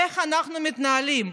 איך אנחנו מתנהלים,